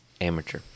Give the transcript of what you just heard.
Amateur